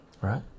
right